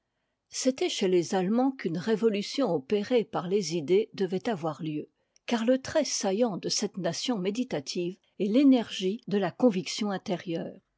c'était chez les allemands qu'une révolution opérée par les idées devait avoir lieu car le trait saillant de cette nation méditative est l'énergie de la conviction intérieure